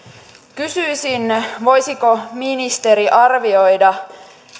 kysyisin voisiko ministeri arvioida